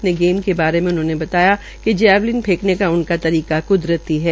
अपने गेम के बारे में उन्होंने बताया कि जैवलीन फैंकने का उनका तरीका क्दरती है